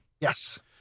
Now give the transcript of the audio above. Yes